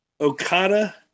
Okada